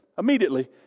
Immediately